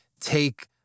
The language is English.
take